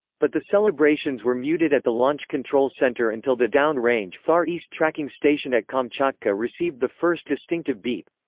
but the celebrations were muted at the launch control center until the down-range far east tracking station at kamchatka received the first distinctive beep.